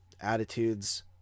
attitudes